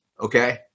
okay